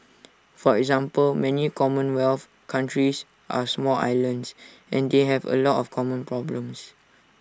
for example many commonwealth countries are small islands and they have A lot of common problems